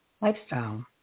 lifestyle